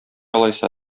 алайса